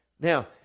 Now